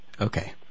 Okay